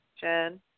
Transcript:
Jen